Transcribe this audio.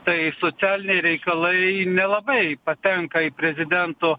tai socialiniai reikalai nelabai patenka į prezidento